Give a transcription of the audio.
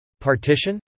Partition